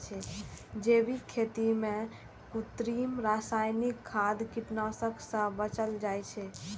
जैविक खेती मे कृत्रिम, रासायनिक खाद, कीटनाशक सं बचल जाइ छै